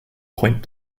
point